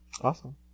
Awesome